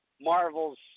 Marvel's